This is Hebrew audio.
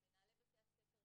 למנהלי בתי הספר,